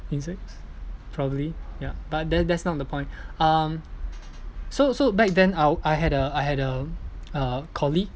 insects probably yeah but that that's not the point um so so back then I I had a I had a a colleague